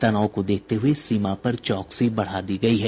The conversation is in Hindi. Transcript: तनाव को देखते हुए सीमा पर चौकसी बढ़ा दी गयी है